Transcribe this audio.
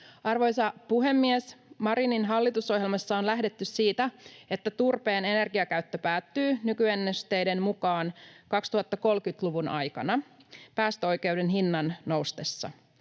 Arvoisa puhemies! Marinin hallitusohjelmassa on lähdetty siitä, että turpeen energiakäyttö päättyy nykyennusteiden mukaan 2030-luvun aikana päästöoikeuden hinnan noustessa.